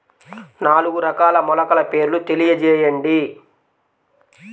నాలుగు రకాల మొలకల పేర్లు తెలియజేయండి?